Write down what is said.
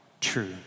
true